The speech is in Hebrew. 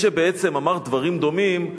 מי שבעצם אמר דברים דומים,